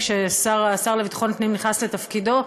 כאשר השר לביטחון פנים נכנס לתפקידו,